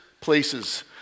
places